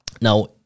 Now